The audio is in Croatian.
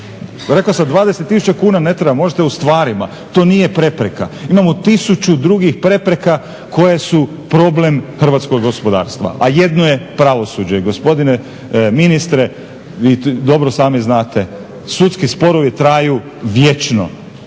Rekao sam 20000 kuna ne treba, možete u stvarima. To nije prepreka. Imamo 1000 drugih prepreka koje su problem hrvatskog gospodarstva, a jedno je pravosuđe. Gospodine ministre, vi dobro sami znate sudski sporovi traju vječno